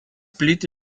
plyti